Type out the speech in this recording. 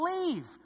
leave